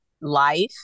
life